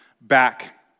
back